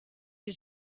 you